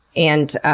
and